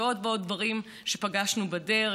ועוד ועוד דברים שפגשנו בדרך,